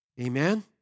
Amen